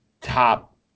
top –